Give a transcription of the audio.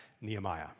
Nehemiah